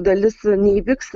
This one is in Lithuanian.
dalis neįvyks